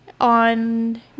on